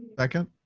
second.